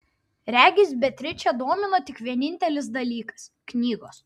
regis beatričę domino tik vienintelis dalykas knygos